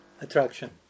attraction